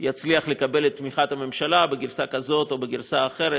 יצליח לקבל את תמיכת הממשלה בגרסה כזאת או בגרסה אחרת,